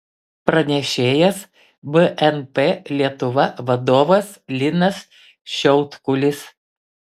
pranešėjas bnp lietuva vadovas linas šiautkulis